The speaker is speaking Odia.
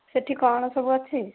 ସେଇଠି କ'ଣ ସବୁ ଅଛି